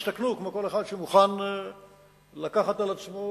הסתכנו כמו כל אחד שמוכן לקחת על עצמו